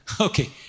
Okay